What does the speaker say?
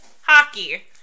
hockey